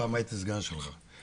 פעם הייתי סגן שלך.